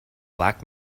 black